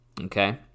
Okay